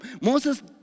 Moses